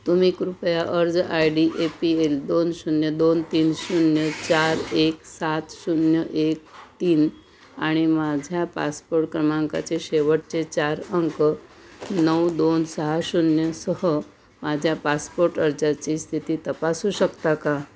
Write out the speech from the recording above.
तुम्ही कृपया अर्ज I D A P L दोन शून्य दोन तीन शून्य चार एक सात शून्य एक तीन आणि माझ्या पासपोट क्रमांकाचे शेवटचे चार अंक नऊ दोन सहा शून्यसह माझ्या पासपोट अर्जाची स्थिती तपासू शकता का